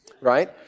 right